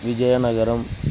Vizianagaram